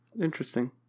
interesting